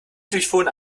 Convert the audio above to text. durchfuhren